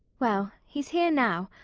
well, he's here now.